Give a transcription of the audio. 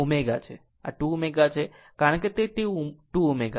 આ 2 ω છે કારણ કે તે 2 ω છે